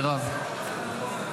מירב,